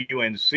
UNC